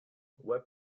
web